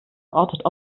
ortet